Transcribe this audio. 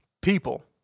people